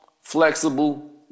flexible